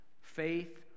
Faith